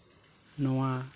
ᱱᱚᱣᱟ